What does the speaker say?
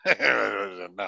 No